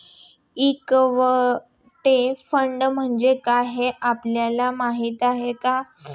Equity fund म्हणजे काय, हे आपल्याला माहीत आहे का?